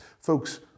Folks